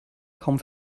kaum